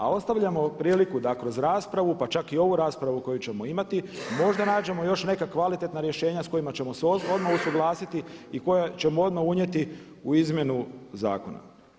A ostavljamo priliku da kroz raspravu pa čak i ovu raspravu koju ćemo imati možda nađemo još neka kvalitetna rješenja s kojima ćemo se odmah usuglasiti i koja ćemo odmah unijeti u izmjenu zakona.